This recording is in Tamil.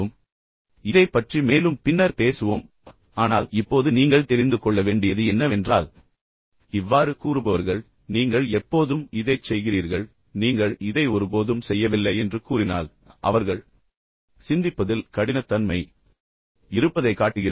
எனவே தகவல் தொடர்பு தடுப்பான்கள் இதைப் பற்றி மேலும் பின்னர் பேசுவோம் ஆனால் இப்போது நீங்கள் தெரிந்து கொள்ள வேண்டியது என்னவென்றால் இவ்வாறு கூறுபவர்கள் நீங்கள் எப்போதும் இதைச் செய்கிறீர்கள் நீங்கள் இதை ஒருபோதும் செய்யவில்லைஎன்று கூறினால் அவர்கள் சிந்திப்பதில் கடினத்தன்மை இருப்பதைக் காட்டுகிறது